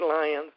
lions